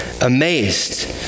amazed